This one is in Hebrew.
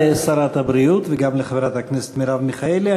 תודה לשרת הבריאות וגם לחברת הכנסת מרב מיכאלי.